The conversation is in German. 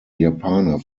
japaner